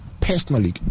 personally